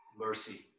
mercy